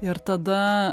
ir tada